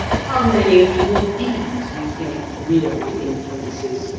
how many of even these do you think it really influences,